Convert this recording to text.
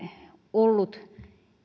ollut